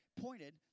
pointed